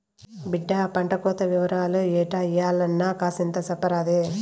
బిడ్డా పంటకోత ఇవరాలు ఎట్టా ఇయ్యాల్నో కూసింత సెప్పరాదే